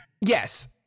Yes